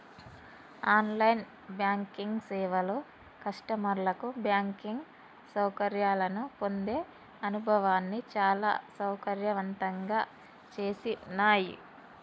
on line banking సేవలు కస్టమర్లకు banking సౌకర్యాలను పొందే అనుభవాన్ని చాలా సౌకర్యవంతంగా చేసినాయ్